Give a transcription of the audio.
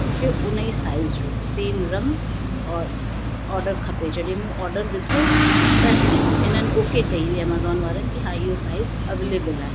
मूंखे उन साइज़ जो सेम रंग और ऑडर खपे जॾहिं मूं ऑडर विधो त हिन हिननि ओके कयी हुई एमेज़ॉन वारनि कि इहो साइज़ अवेलेबिल आहे